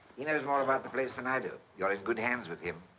he knows more about the place than i do. you're in good hands with him.